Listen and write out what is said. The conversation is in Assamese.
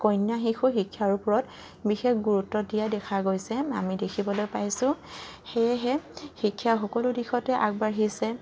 কন্যা শিশু শিক্ষাৰ ওপৰত বিশেষ গুৰুত্ব দিয়া দেখা গৈছে আমি দেখিবলৈ পাইছোঁ সেয়েহে শিক্ষা সকলো দিশতে আগবাঢ়িছে